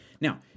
Now